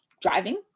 driving